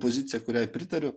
poziciją kuriai pritariu